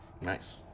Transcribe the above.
Nice